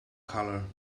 colour